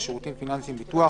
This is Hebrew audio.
כספים המגיעים לחייב כשיפוי,